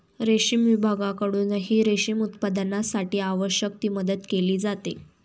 रेशीम विभागाकडूनही रेशीम उत्पादनासाठी आवश्यक ती मदत केली जाते